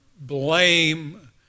blame